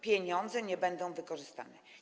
Pieniądze nie będą wykorzystane.